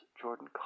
Jordan